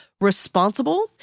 responsible